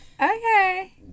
Okay